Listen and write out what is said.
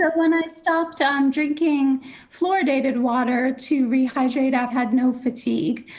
ah when i stopped ah um drinking fluoridated water to rehydrate, i've had no fatigue.